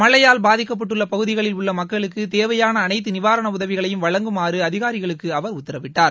மழையால் பாதிக்கப்பட்டுள்ள பகுதிகளில் உள்ள மக்களுக்கு தேவையான அனைத்து நிவாரண உதவிகளையும் வழங்குமாறு அதிகாரிகளுக்கு அவர் உத்தரவிட்டார்